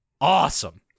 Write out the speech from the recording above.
awesome